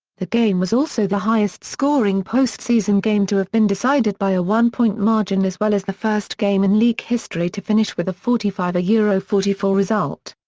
the game was also the highest scoring postseason game to have been decided by a one-point margin as well as the first game in league history to finish with a forty five yeah forty four result.